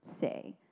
say